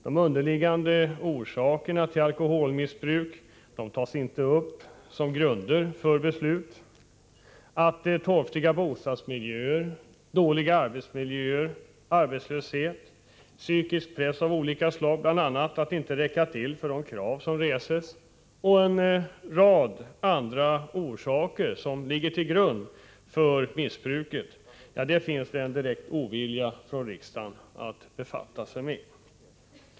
De underliggande orsakerna till alkoholmissbruk tas inte upp som grund för beslut. Det finns en direkt ovilja inom riksdagen mot att befatta sig med torftiga bostadsmiljöer, dåliga arbetsmiljöer, arbetslöshet, olika slag av psykisk press —bl.a. på grund av att de krav som reses på den enskilde är för stora — och en rad andra bakomliggande orsaker till missbruket.